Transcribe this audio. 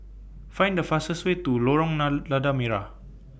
Find The fastest Way to Lorong La Lada Merah